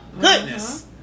Goodness